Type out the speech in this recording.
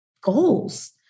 goals